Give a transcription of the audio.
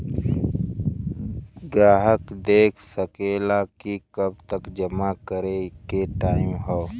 ग्राहक देख सकेला कि कब तक जमा करे के टाइम हौ